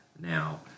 now